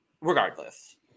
regardless